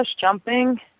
jumping